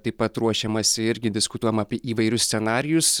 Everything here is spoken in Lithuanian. taip pat ruošiamasi irgi diskutuojama apie įvairius scenarijus